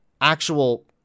actual